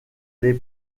les